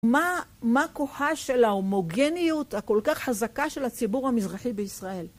מה כוחה של ההומוגניות הכל כך חזקה של הציבור המזרחי בישראל?